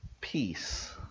peace